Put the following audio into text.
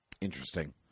Interesting